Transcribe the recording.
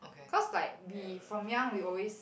cause like we from young we always